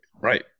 right